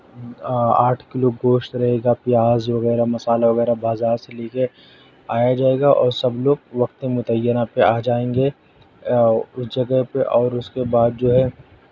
آٹھ کلو گوشت رہے گا پیاز وغیرہ مسالہ وغیرہ بازار سے لے کے آیا جائے گا اور سب لوگ وقت متعینہ پہ آ جایٔیں گے اس جگہ پہ اور اس کے بعد جو ہے